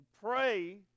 pray